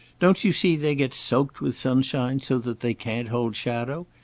don't you see, they get soaked with sunshine so that they can't hold shadow.